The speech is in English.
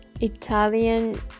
italian